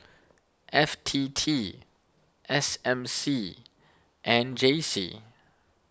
F T T S M C and J C